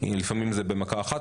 לפעמים זה במכה אחת,